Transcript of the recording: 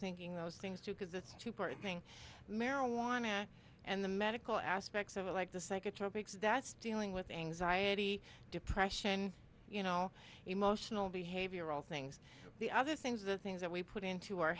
thinking those things too because it's cheaper going marijuana and the medical aspects of it like the sake of topics that's dealing with anxiety depression you know emotional behavioral things the other things the things that we put into our